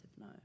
no